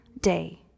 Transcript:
day